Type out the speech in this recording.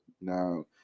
now